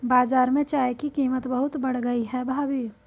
बाजार में चाय की कीमत बहुत बढ़ गई है भाभी